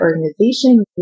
organization